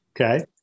Okay